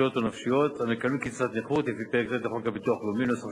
שכליות ונפשיות המקבלים קצבת נכות לפי פרק ט' בחוק ביטוח לאומי .